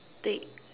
take